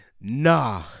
Nah